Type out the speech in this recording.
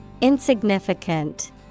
Insignificant